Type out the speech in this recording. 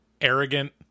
arrogant